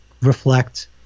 reflect